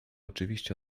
oczywiście